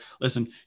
listen